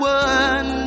one